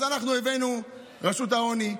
אז אנחנו הבאנו את רשות העוני,